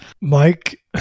mike